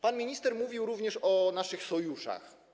Pan minister mówił również o naszych sojuszach.